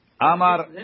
Amar